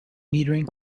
metering